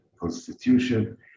constitution